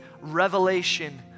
revelation